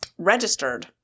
registered